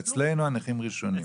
אצלנו הנכים ראשונים.